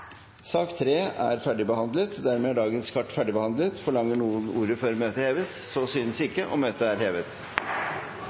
Sak nr. 3 er ferdigbehandlet. Dermed er dagens kart ferdigbehandlet. Forlanger noen ordet før møtet heves? – Så synes